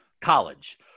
college